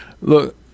Look